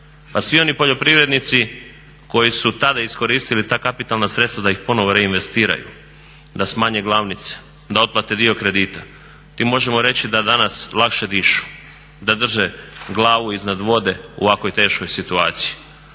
A svi oni poljoprivrednici koji su tada iskoristili ta kapitalna sredstva da ih ponovo reinvestiraju, da smanje glavnice, da otplate dio kredita, ti možemo reći da danas lakše dišu, da drže glavu iznad vode u ovakvoj teškoj situaciji.